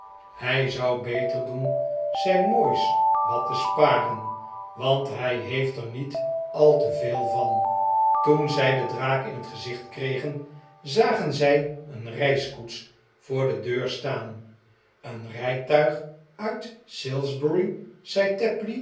hij zou beter doen zijn moois wat te sparen want hij heeft er niet al te veel van toen zij de draak in het gezicht kregen zagen zij een reiskoets voor de deur staan en een rijtuig uit